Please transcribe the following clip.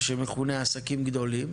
מה שמכונה "עסקים גדולים".